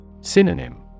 Synonym